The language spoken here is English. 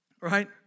right